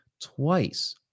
Twice